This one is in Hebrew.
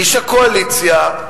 איש הקואליציה.